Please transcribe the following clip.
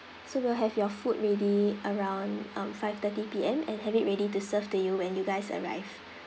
so we'll have your food ready around um five thirty P_M and have it ready to serve to you when you guys arrive